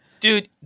Dude